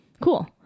Cool